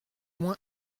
moins